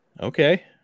Okay